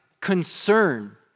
concern